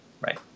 right